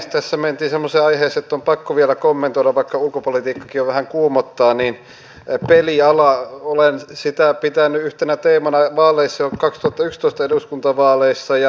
kyllä se nyt vain on niin että tämä vakavin puute tässä hallituksen esityksessä on se että tässä ei ole työllisyystoimia tässä ja nyt